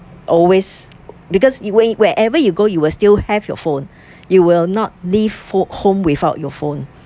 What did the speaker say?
always because you wait wherever you go you will still have your phone you will not leave home without your phone